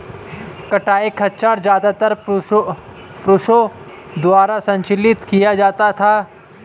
कताई खच्चर ज्यादातर पुरुषों द्वारा संचालित किया जाता था